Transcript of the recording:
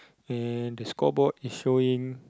and the scoreboard is showing